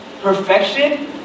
Perfection